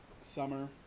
summer